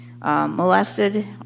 Molested